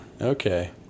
Okay